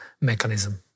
mechanism